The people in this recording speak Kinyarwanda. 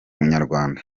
inyarwanda